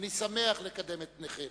אני שמח לקדם את פניכם.